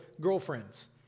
girlfriends